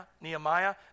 Nehemiah